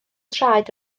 traed